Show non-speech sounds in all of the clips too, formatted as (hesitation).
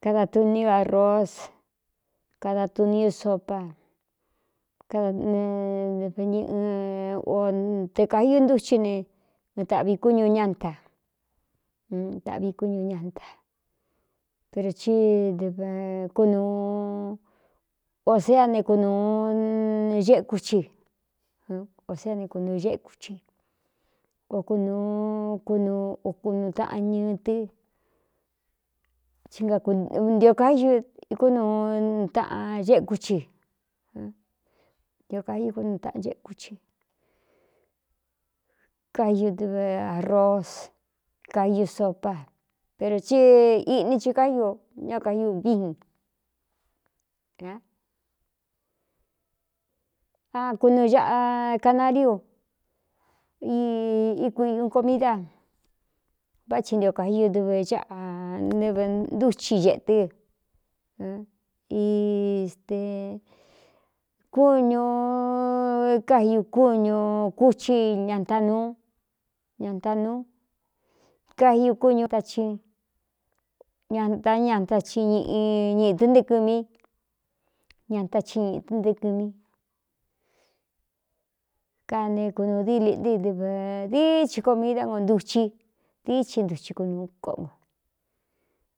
Kada tuní ú arroz kada tuni u sopa kada nevñɨo (hesitation) te kāiu ntúchi ne ɨn tāꞌvi kúñu ñanta tāꞌvi kúñu ñanta per tí ō ée anekunūu eku ci ō sé ane kunū xeku ci o kunūukuokunutaꞌan ñɨ tɨ́ ntiō kau kúnūutaꞌan xeku chi ntiō kai kúnu taꞌan ceku ci káu dve arroz kau sopá pero tsí īꞌní thi kaíu ña kaíuviin (hesitation) a kunɨaꞌa canariu ī ikui u komída vá thi ntio kaí u dɨve cáꞌa nɨve ntúchi ñētɨ́ i este kúñū ékau kúñū kuchi ñaan ñantá nuu kaiu kúñu taci ñata ñata ci ñ ñīītɨ́nté kɨmí ñatai ñitɨn nte kɨmín (hesitation) kane kunūu dîliꞌtɨ i dɨvā dií chi komídá no nduchi dií csi ntuchi kunuu koꞌno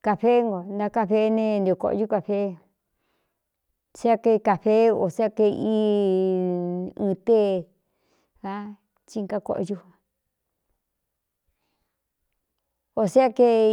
cafeé ngo ntakáfe ne ntiokōꞌyu cafee tséa ka kāfeé ō sé k i ɨtee a tsi nkákoꞌú (hesitation) ō sea kei.